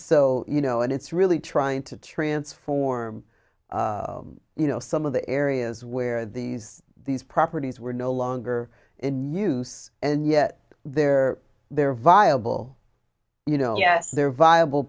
so you know and it's really trying to transform you know some of the areas where these these properties were no longer in use and yet they're they're viable you know yes they're viable